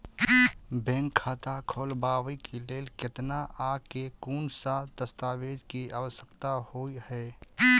Bank खाता खोलबाबै केँ लेल केतना आ केँ कुन सा दस्तावेज केँ आवश्यकता होइ है?